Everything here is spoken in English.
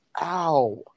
Ow